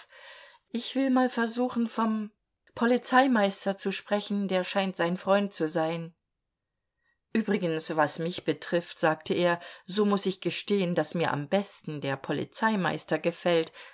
ich will mal versuchen vom polizeimeister zu sprechen der scheint sein freund zu sein übrigens was mich betrifft sagte er so muß ich gestehen daß mir am besten der polizeimeister gefällt